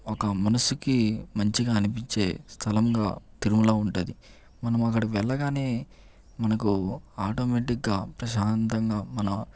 ఒక మనసుకి మంచిగా అనిపించే స్థలంగా తిరుమల ఉంటుంది మనం అక్కడికి వెళ్ళగానే మనకు ఆటోమేటిక్ గా ప్రశాంతంగా మన